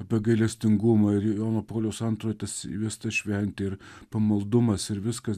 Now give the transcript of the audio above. apie gailestingumą ir jono pauliaus atrojo tas įvesta šventė ir pamaldumas ir viskas